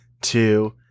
two